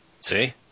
See